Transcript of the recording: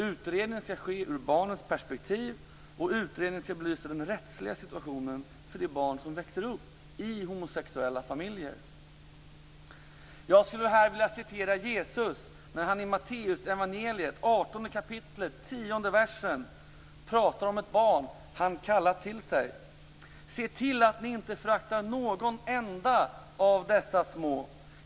Utredningen skall ske ur barnens perspektiv, och utredningen skall belysa den rättsliga situationen för de barn som växer upp i homosexuella familjer. Jag skulle här vilja citera Jesus när han i Matteusevangeliet 18 kapitlet 10 versen talar om ett barn han kallat till sig: "Se till att ni inte föraktar någon enda av dessa små.